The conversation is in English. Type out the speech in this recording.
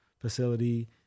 facility